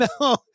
No